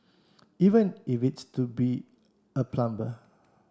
even if it's to be a plumber